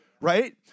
Right